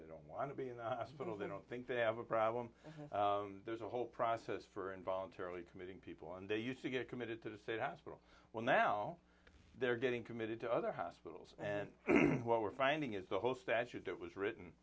they don't want to be in a spittal they don't think they have a problem there's a whole process for unvoluntarily committing people and they used to get committed to the state hospital well now they're getting committed to other hospitals and what we're finding is the whole statute that was written